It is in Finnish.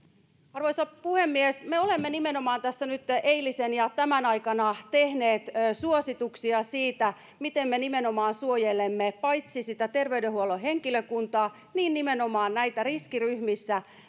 arvoisa puhemies me olemme tässä nimenomaan nytten eilisen ja tämän päivän aikana tehneet suosituksia siitä miten me suojelemme paitsi sitä terveydenhuollon henkilökuntaa myös nimenomaan näitä riskiryhmissä